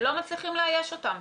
ולא מצליחים לאייש אותם.